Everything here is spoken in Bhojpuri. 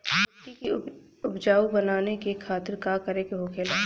मिट्टी की उपजाऊ बनाने के खातिर का करके होखेला?